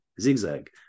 ZigZag